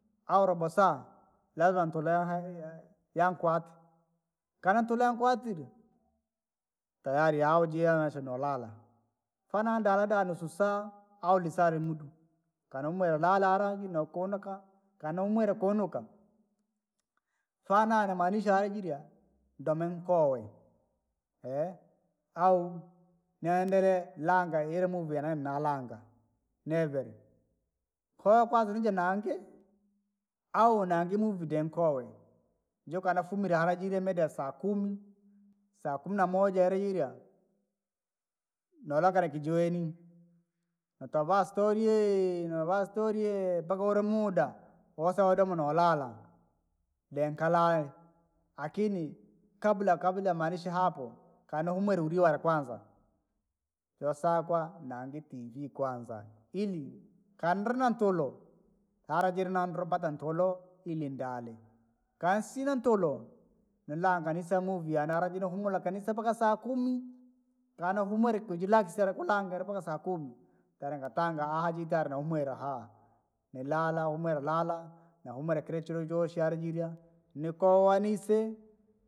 Au robo saa lazima ntulehiye yankwate, kaananture nkwatire, tayari yaoji yomaanisha naolala, fana ndale daa nusu saa, au risaa nimudu, kaa nahumwire lala hara nookinuka, kaa nahurwire kiinuka, fana inamaanisha hara juiriya, ndomie nkoowe. au, niendelee langa ira muuvi yenee nalaanga, niivere, koo kwanza lije naange au naannge muvii dee nkoowe jokaa nafumire ara jirya mida ya saa kumi, saa kumi namoja liirya. Nolakala nakijiweni, notovaa stori novaastoni mpaka ura muda, wosa wodoma noo lala, dee nkalale, akini kabla kable maanisha hapo, kana nahumwire uniya wari kwanza. Yoosakwa nandii tv kwanza, ili kaa ndiri na ntuloo, harajirina ndroo mpata ntuloo ili ndaale, kaa nsina ntuloo nilanga niisie muvii yaarie lakini nihumuluka kanisa mpaka saa kumi. kaana hamwilike kujilaksara kulanga ili mpaka saa kumi, ntalangaa tanga ahaa jitala nahumwire haa, nilala humwera lala, nahumwera kila chile alijirya. nikowanise.